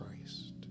Christ